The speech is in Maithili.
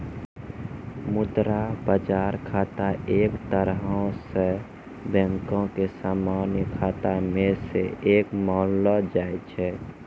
मुद्रा बजार खाता एक तरहो से बैंको के समान्य खाता मे से एक मानलो जाय छै